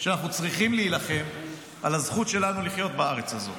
שאנחנו צריכים להילחם על הזכות שלנו לחיות בארץ הזאת.